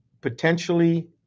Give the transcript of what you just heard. potentially